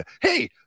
Hey